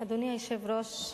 אדוני היושב-ראש,